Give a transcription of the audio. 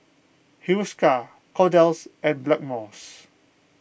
Hiruscar Kordel's and Blackmores